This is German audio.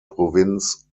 provinz